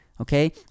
okay